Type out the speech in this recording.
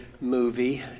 movie